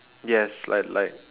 yes like like